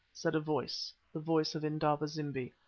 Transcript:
said a voice, the voice of indaba-zimbi,